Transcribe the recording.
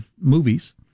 movies